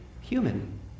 human